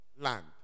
land